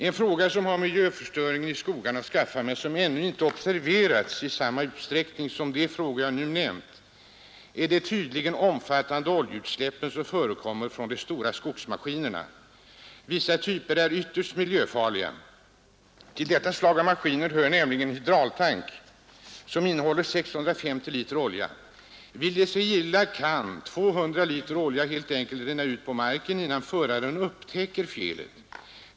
En fråga som har med miljöförstöringen i skogarna att skaffa men som ännu inte observerats i samma utsträckning som de frågor jag nu nämnt gäller de tydligen omfattande oljeutsläpp som förekommer från de stora skogsmaskinerna. Vissa typer är ytterst miljöfarliga. Till detta slag av maskiner hör en hydraultank, som innehåller 650 liter olja. Vill det sig illa, kan 200 liter olja helt enkelt rinna ut på marken innan föraren upptäcker felet.